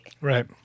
Right